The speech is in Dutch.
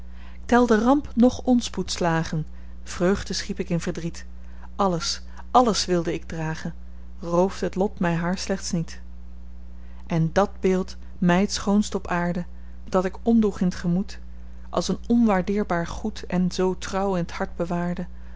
telde ramp noch onspoedsslagen vreugde schiep ik in verdriet alles alles wilde ik dragen roofde t lot my haar slechts niet en dàt beeld my t schoonste op aarde dat ik omdroeg in t gemoed als een onwaardeerbaar goed en zoo trouw in t hart bewaarde